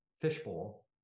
fishbowl